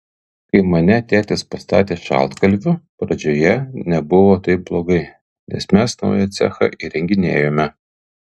kai mane tėtis pastatė šaltkalviu pradžioje nebuvo taip blogai nes mes naują cechą įrenginėjome